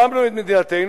הקמנו את מדינתנו,